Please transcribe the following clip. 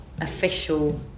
official